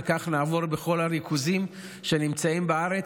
וכך נעבור בכל הריכוזים שנמצאים בארץ,